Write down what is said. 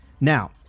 Now